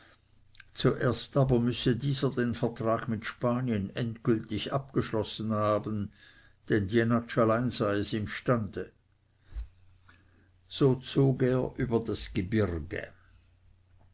zuerst aber müsse dieser den vertrag mit spanien endgültig abgeschlossen haben denn jenatsch allein sei es imstande so zog er über das gebirge